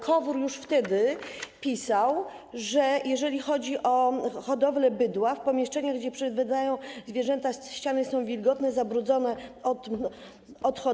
KOWR już wtedy pisał, że jeżeli chodzi o hodowlę bydła, w pomieszczeniach, gdzie przebywają zwierzęta, ściany są wilgotne, zabrudzone odchodami.